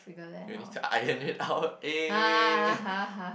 you'll need to iron it out eh